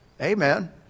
Amen